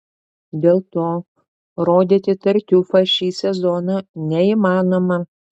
dėl to rodyti tartiufą šį sezoną neįmanoma